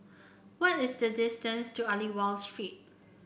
what is the distance to Aliwal Street